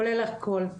כולל הכול.